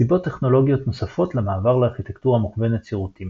סיבות טכנולוגיות נוספות למעבר לארכיטקטורה מכוונת שירותים